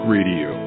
Radio